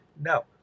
No